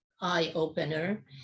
eye-opener